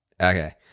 okay